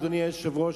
אדוני היושב-ראש,